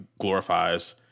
glorifies